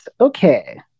Okay